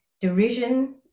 derision